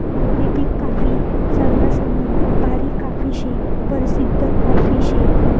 Arabic coffee सरवासमा भारी coffee शे, परशिद्ध कॉफी शे